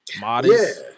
Modest